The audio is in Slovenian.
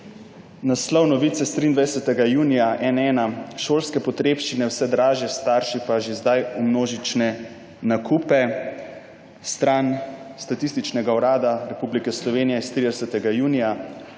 Naslov novice s 23. junija 2011: Šolske potrebščine vse dražje, starši pa že zdaj v množične nakupe. Stran Statističnega urada Republike Slovenije s 30. junija: